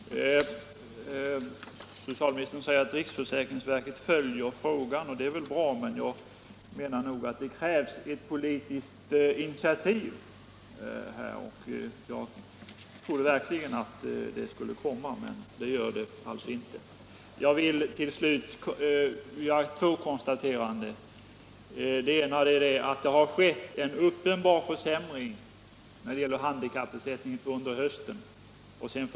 Herr talman! Socialministern säger att riksförsäkringsverket följer frågan. Det är väl bra, men jag menar att här krävs ett politiskt initiativ. Jag trodde verkligen att ett sådant skulle komma, men det gör det alltså inte. Jag vill till slut göra två konstateranden. Det ena är att det har skett en uppenbar försämring i tilldelningen av handikappersättning under hösten.